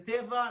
בטבע,